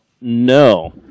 No